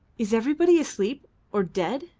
is everybody asleep or dead?